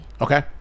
okay